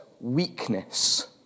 weakness